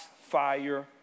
fire